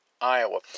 Iowa